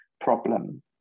problem